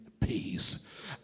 peace